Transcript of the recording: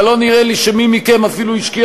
אבל לא נראה לי שמי מכם אפילו השקיע